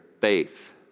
faith